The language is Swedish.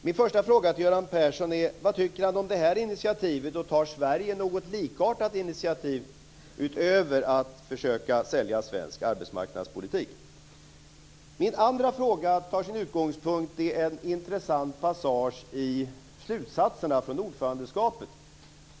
Min första fråga till Göran Persson är: Vad tycker Göran Persson om det här initiativet, och tar Sverige ett likartat initiativ utöver att försöka sälja svensk arbetsmarknadspolitik? Min andra fråga har sin utgångspunkt i en intressant passage i slutsatserna från ordförandeskapet.